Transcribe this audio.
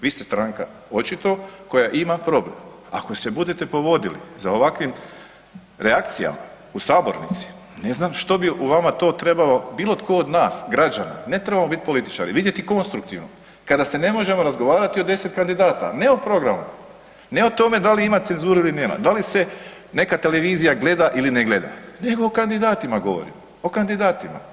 Vi ste stranka očito koja ima problem, ako se budete povodili za ovakvim reakcijama u sabornici, ne znam što bi u vama to trebalo bilo tko od nas građana, ne trebamo biti političari, vidjeti konstruktivno kada se ne možemo razgovarati o deset kandidata, ne o programu, ne o tome da li ima cenzure ili nema, da li se neka televizija gleda ili ne gleda nego o kandidatima govorimo, o kandidatima.